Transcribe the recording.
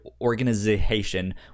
organization